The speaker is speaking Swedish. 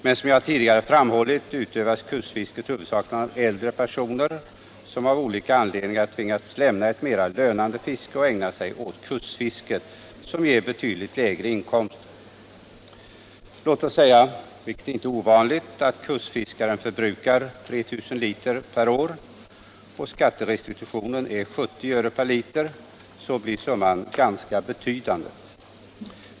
Men som jag tidigare framhållit utövas kustfisket huvudsakligen av äldre personer, som av olika anledningar tvingats lämna ett mera lönande fiske och alltså nu får betydligt lägre inkomster. Om kustfiskaren, vilket inte är ovanligt, förbrukar 3 000 liter per år och skatterestitutionen är 70 öre per liter, så blir summan ganska betydande.